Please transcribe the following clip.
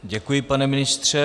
Děkuji, pane ministře.